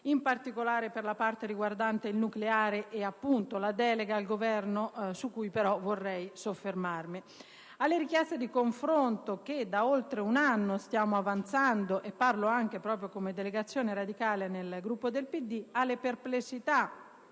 in particolare per la parte riguardante il nucleare e, appunto, la delega al Governo, su cui vorrei però soffermarmi. Alle richieste di confronto che da oltre un anno stiamo avanzando (e parlo soprattutto come delegazione radicale nel Gruppo del PD), alle perplessità